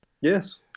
Yes